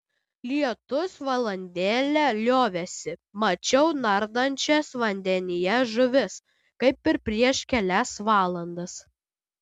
lietus valandėlę liovėsi mačiau nardančias vandenyje žuvis kaip ir prieš kelias valandas